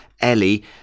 Ellie